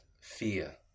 fear